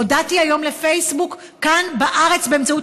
הודעתי היום לפייסבוק כאן בארץ באמצעות